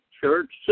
Church